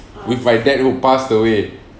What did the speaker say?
with my dad who passed away